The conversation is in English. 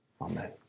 Amen